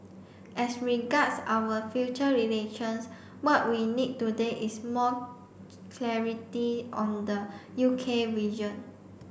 as regards our future relations what we need today is more clarity on the U K vision